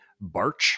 barch